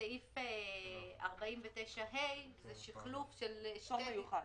וסעיף 49ה זה שחלוף של שתי --- פטור מיוחד.